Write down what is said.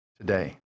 today